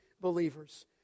believers